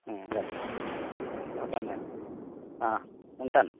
అట్లా ఓకే మరి ఉంటాను